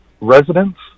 residents